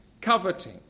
coveting